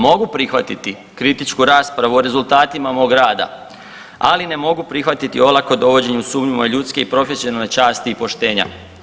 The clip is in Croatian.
Mogu prihvatiti kritičku raspravu o rezultatima moga rada, ali ne mogu prihvatiti olako dovođenje u sumnju moje ljudske i profesionalne časti i poštenja.